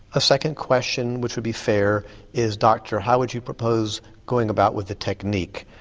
a second question which would be fair is doctor, how would you propose going about with the technique,